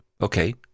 Okay